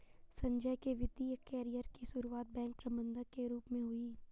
संजय के वित्तिय कैरियर की सुरुआत बैंक प्रबंधक के रूप में हुई